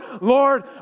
Lord